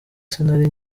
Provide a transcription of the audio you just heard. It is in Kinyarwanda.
sinari